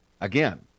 again